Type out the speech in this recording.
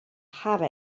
have